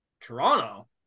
Toronto